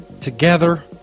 together